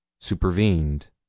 supervened